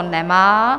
Nemá.